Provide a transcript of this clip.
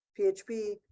PHP